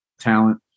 talent